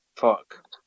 fuck